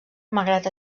malgrat